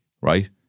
right